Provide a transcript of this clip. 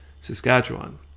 saskatchewan